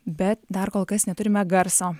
bet dar kol kas neturime garso